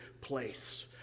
place